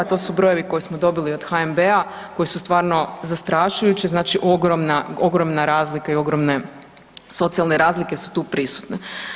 To su brojevi koje smo dobili od HNB-a koji su stvarno zastrašujući, znači ogromna, ogromna razlika i ogromne socijalne razlike su tu prisutne.